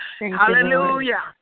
Hallelujah